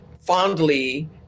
fondly